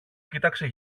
κοίταξε